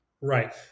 right